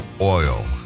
oil